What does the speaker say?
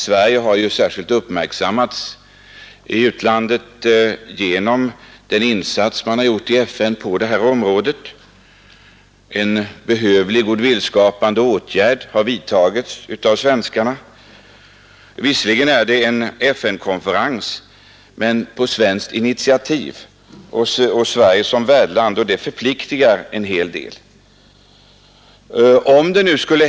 Sverige har ju särskilt uppmärksammats i utlandet genom den insats vi gjort i FN på detta område. En behövlig goodwillskapande åtgärd har vidtagits av svenskarna. Visserligen är det en FN-konferens men på svenskt initiativ och med Sverige som värdland, och det förpliktar en hel del.